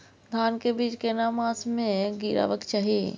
धान के बीज केना मास में गीरावक चाही?